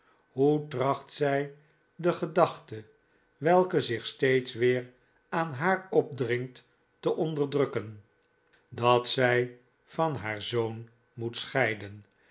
hoe tracht zij de gedachte welke zich steeds weer aan haar opdringt te onderdrukken dat zij van haar zoon moet scheiden